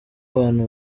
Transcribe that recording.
abantu